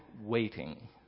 waiting